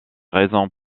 raisons